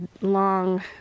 long